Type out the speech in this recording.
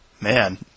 man